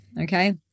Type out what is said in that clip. Okay